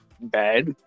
bad